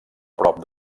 prop